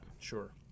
Sure